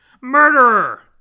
Murderer